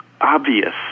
obvious